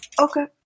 Okay